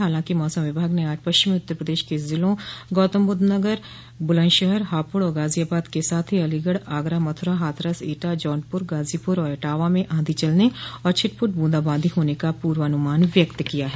हालांकि मौसम विभाग ने आज पश्चिमी उत्तर प्रदेश के जिलों गौतमबुद्ध नगर बुलन्दशहर हापुड़ और गाजियाबाद के साथ ही अलीगढ़ आगरा मथुरा हाथरस एटा जौनपुर गाजीपुर और इटावा में आंधी चलने और छिटपुट ब्रंदाबांदी होने का पूर्वानुमान व्यक्त किया है